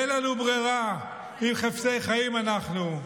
אין לנו ברירה אם חפצי חיים אנחנו.